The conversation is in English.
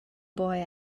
boy